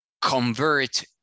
convert